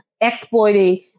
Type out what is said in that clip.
exploiting